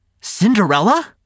Cinderella